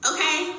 Okay